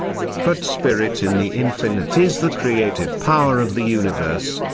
but spirit in the infinite is the creative power of the universe,